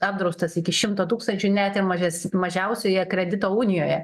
apdraustas iki šimto tūkstančių net ir mažes mažiausioje kredito unijoje